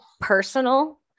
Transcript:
personal